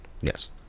yes